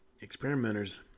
Experimenters